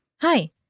Hi